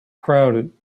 crowded